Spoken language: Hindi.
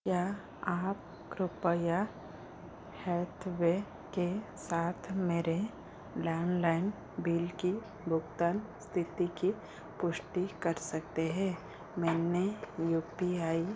क्या आप कृप्या हेथवे के साथ मेरे लैंडलाइन बिल की भुगतान स्थिति की पुष्टि कर सकते हैं मैंने यू पी आई